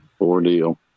ordeal